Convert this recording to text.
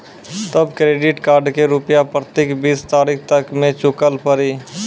तब credit card के रूपिया प्रतीक बीस तारीख तक मे चुकल पड़ी?